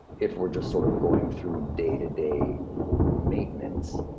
if we're just sort of going through day to day maintenance,